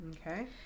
Okay